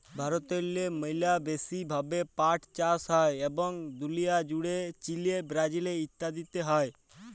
ভারতেল্লে ম্যালা ব্যাশি ভাবে পাট চাষ হ্যয় এবং দুলিয়া জ্যুড়ে চিলে, ব্রাজিল ইত্যাদিতে হ্যয়